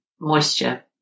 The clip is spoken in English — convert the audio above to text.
moisture